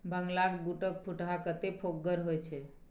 बंगालक बूटक फुटहा कतेक फोकगर होए छै